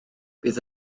bydd